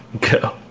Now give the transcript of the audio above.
go